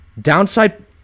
downside